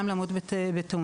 גם למוות בתאונות,